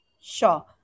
Sure